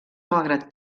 malgrat